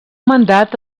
mandat